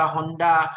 Honda